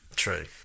true